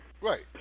Right